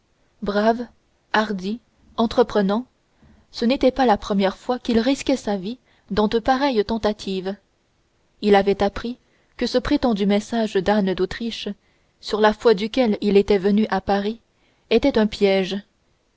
brave hardi entreprenant ce n'était pas la première fois qu'il risquait sa vie dans de pareilles tentatives il avait appris que ce prétendu message d'anne d'autriche sur la foi duquel il était venu à paris était un piège